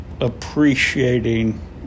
appreciating